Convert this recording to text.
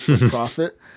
profit